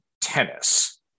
tennis